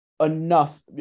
enough